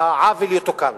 והעוול יתוקן.